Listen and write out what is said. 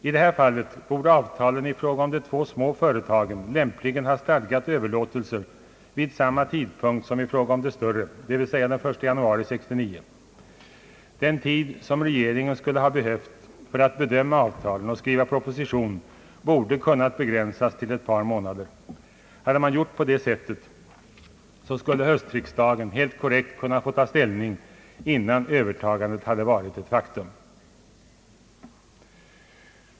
I det här fallet borde avtalen i fråga om de två små företagen lämpligen ha stadgat överlåtelser vid samma tidpunkt som i fråga om det större företaget, dvs. den 1 januari 1969. Den tid som regeringen behövde för att bedöma avtalen och skriva proposition borde ha kunnat begränsas till ett par månader. Hade man gjort på det sättet, så skulle höstriksdagen helt korrekt kunnat få ta ställning innan övertagandet hade varit ett faktum.